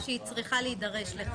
העמדה שלה הייתה שהיא צריכה להידרש לכך,